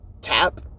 tap